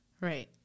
Right